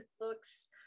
books